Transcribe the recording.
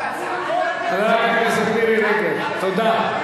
חברת הכנסת מירי רגב, תודה.